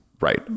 Right